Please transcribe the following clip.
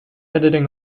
editing